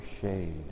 shade